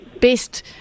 best